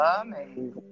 amazing